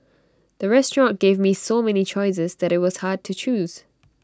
the restaurant gave me so many choices that IT was hard to choose